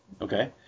Okay